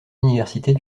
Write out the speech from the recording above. universités